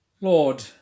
Lord